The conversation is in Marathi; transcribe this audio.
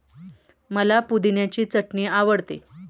मला पुदिन्याची चटणी आवडते